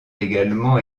également